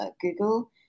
Google